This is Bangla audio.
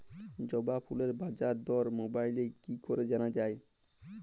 জবা ফুলের বাজার দর মোবাইলে কি করে জানা যায়?